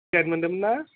ten मोनदोंंमोनना